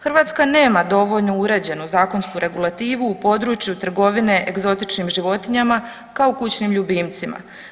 Hrvatska nema dovoljno uređenu zakonsku regulativu u području trgovine egzotičnim životinjama kao kućnim ljubimcima.